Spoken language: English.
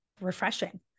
refreshing